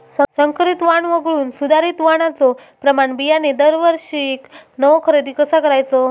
संकरित वाण वगळुक सुधारित वाणाचो प्रमाण बियाणे दरवर्षीक नवो खरेदी कसा करायचो?